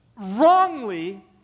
wrongly